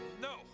No